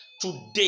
today